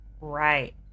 right